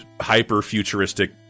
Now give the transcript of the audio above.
hyper-futuristic